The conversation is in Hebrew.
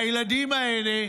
הילדים האלה,